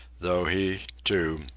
though he, too,